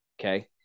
okay